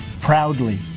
proudly